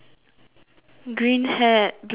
green hat blue pants